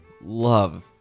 Love